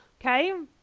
okay